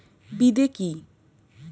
বিদে কি?